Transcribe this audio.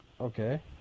Okay